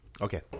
Okay